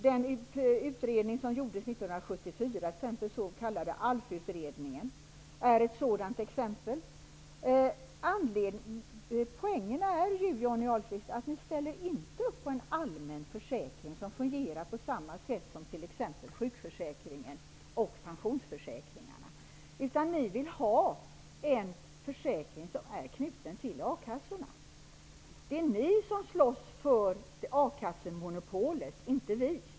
Den utredning som gjordes år 1974, den s.k. ALF-utredningen, är ett sådant exempel. Poängen är att ni inte ställer upp på en allmän försäkring som fungerar på samma sätt som t.ex. Johnny Ahlqvist. Ni vill ha en försäkring som är knuten till a-kassorna. Det är ni som slåss för a-kassemonopolet, inte vi.